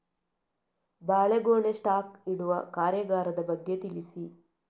ಬಾಳೆಗೊನೆ ಸ್ಟಾಕ್ ಇಡುವ ಕಾರ್ಯಗಾರದ ಬಗ್ಗೆ ತಿಳಿಸಿ